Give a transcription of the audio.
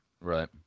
Right